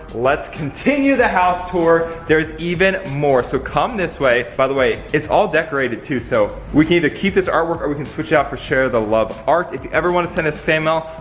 let's continue the house tour. there's even more. so, come this way. by the way, it's all decorated too so we can either keep this artwork, or we can switch it out for share the love art. if you ever wanna send us fan mail,